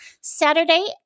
Saturday